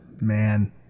Man